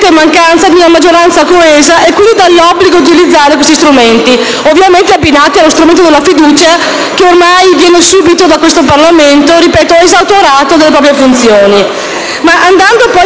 mancanza di una maggioranza coesa e quindi dall'obbligo di utilizzare questi strumenti, ovviamente abbinati allo strumento della fiducia, che ormai viene subìto da questo Parlamento, esautorato delle proprie funzioni.